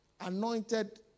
anointed